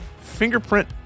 fingerprint